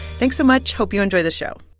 thanks so much. hope you enjoy the show